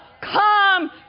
come